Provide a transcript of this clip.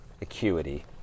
acuity